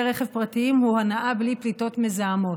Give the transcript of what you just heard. רכב פרטיים הוא הנעה בלי פליטות מזהמות.